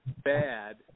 Bad